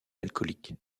alcoolique